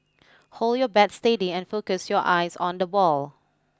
hold your bat steady and focus your eyes on the ball